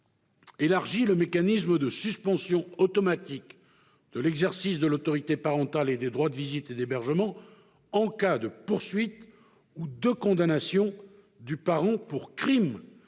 élargir le mécanisme de suspension automatique de l'exercice de l'autorité parentale et des droits de visite et d'hébergement en cas de poursuite ou de condamnation du parent pour un crime